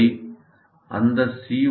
வை அந்த சி